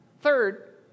Third